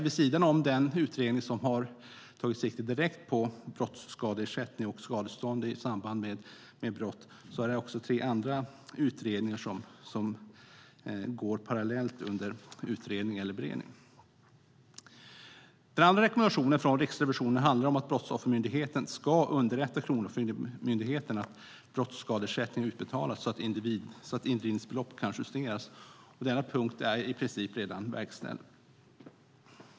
Vid sidan om den utredning som har tagit sikte direkt på brottsskadeersättning och skadestånd i samband med brott finns det också tre andra utredningar som parallellt är under utredning eller beredning. Den andra rekommendationen från Riksrevisionen handlar om att Brottsoffermyndigheten ska underrätta Kronofogdemyndigheten om att brottsskadeersättning utbetalats så att indrivningsbelopp kan justeras. Denna punkt är i princip redan verkställd.